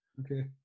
okay